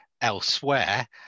elsewhere